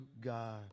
God